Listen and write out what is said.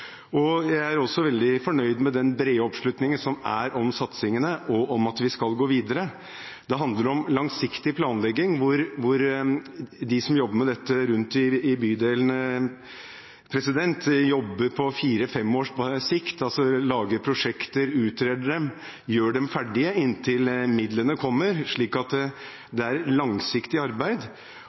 Jeg er også veldig fornøyd med den brede oppslutningen som er om satsingene, og om at vi skal gå videre. Det handler om langsiktig planlegging. De som jobber med dette rundt i bydelene, jobber på fire–fem års sikt – lager prosjekter, utreder dem og gjør dem ferdige inntil midlene kommer – så det er et langsiktig arbeid.